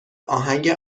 آهنگ